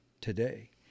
today